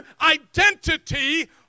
identity